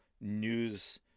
news